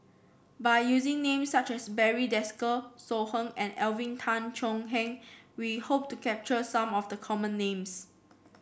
by using names such as Barry Desker So Heng and Alvin Tan Cheong Kheng we hope to capture some of the common names